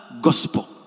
gospel